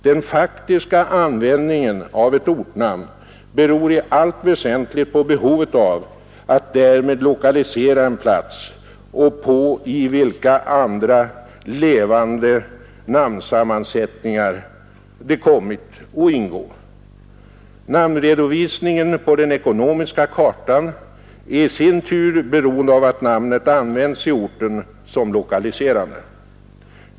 Den faktiska användningen av ett ortnamn beror i allt väsentligt på behovet av att därmed lokalisera en plats och på i vilka andra levande namnsammansättningar det kommit att ingå. Namnredovisningen på den ekonomiska kartan är i sin tur beroende av att namnet används i orten som lokaliserande.